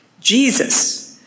jesus